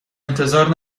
انتظار